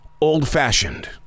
old-fashioned